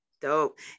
dope